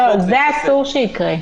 לא, זה אסור שיקרה.